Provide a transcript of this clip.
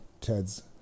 Ted's